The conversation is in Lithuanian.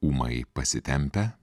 ūmai pasitempę